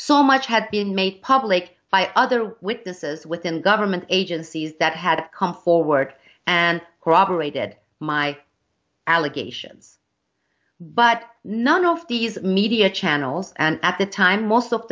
so much had been made public by other witnesses within government agencies that had come forward and corroborated my allegations but none of these media channels and at the time most of